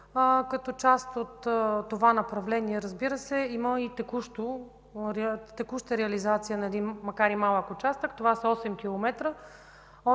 като част от това направление, разбира се, има и текуща реализация на един макар и малък участък – това са 8 км